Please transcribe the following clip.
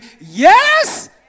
Yes